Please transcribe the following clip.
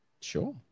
sure